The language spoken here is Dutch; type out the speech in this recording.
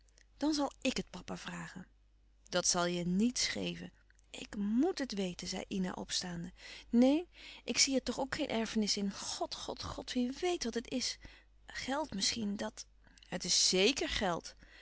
dan zal ik het papa vragen dat zal je niets geven ik met het weten zei ina opstaande neen ik zie er toch ook geen erfenis in god god god wie weet wat het is geld misschien dat louis couperus van oude menschen de dingen die voorbij gaan het is zéker geld